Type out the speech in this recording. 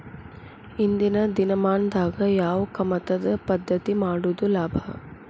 ಇಂದಿನ ದಿನಮಾನದಾಗ ಯಾವ ಕಮತದ ಪದ್ಧತಿ ಮಾಡುದ ಲಾಭ?